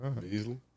Beasley